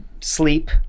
sleep